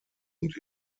und